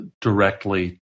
directly